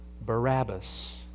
Barabbas